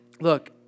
Look